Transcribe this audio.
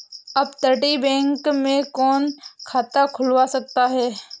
अपतटीय बैंक में कौन खाता खुलवा सकता है?